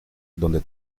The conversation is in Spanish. dónde